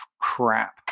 crap